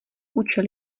účel